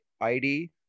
ID